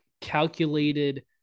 calculated